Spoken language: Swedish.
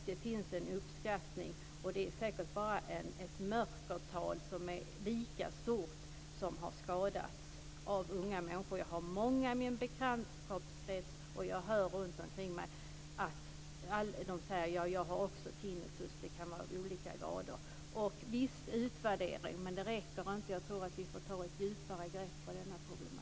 Det finns ett uppskattat antal unga människor som har skadats, men det finns säkert ett mörkertal som är lika stort. Jag har många i min bekantskapskrets, och jag hör runtomkring mig att man säger att man också har tinnitus. Det kan vara av olika grader. Visst är det bra med utvärdering, men det räcker inte. Jag tror att vi får ta ett större grepp på det här problemet.